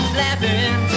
laughing